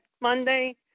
Monday